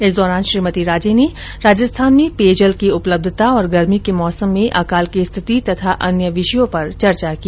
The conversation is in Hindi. इस दौरान श्रीमती राजे ने राजस्थान में पेयजल की उपलब्धता और गर्मी के मौसम में अकाल की स्थिति तथा अन्य विषयों पर चर्चा की